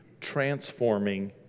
transforming